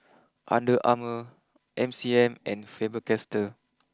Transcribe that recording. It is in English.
under Armour M C M and Faber Castell